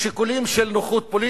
שיקולים של נוחות פוליטית,